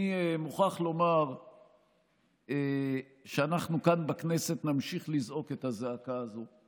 אני מוכרח לומר שאנחנו כאן בכנסת נמשיך לזעוק את הזעקה הזו.